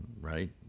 right